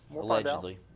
Allegedly